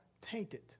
tainted